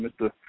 Mr